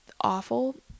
awful